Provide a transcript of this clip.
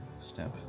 step